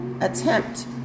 attempt